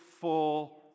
full